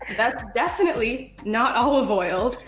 that's definitely not olive oil.